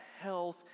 health